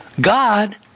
God